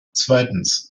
zweitens